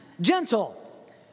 Gentle